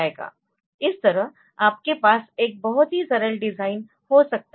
इस तरह आपके पास एक बहुत ही सरल डिजाइन हो सकता है